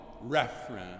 reference